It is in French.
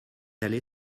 allée